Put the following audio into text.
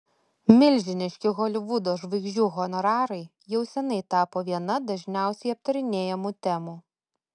milžiniški holivudo žvaigždžių honorarai jau seniai tapo viena dažniausiai aptarinėjamų temų